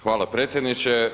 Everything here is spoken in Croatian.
Hvala predsjedniče.